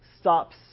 stops